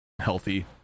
healthy